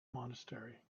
monastery